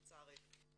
לצערי.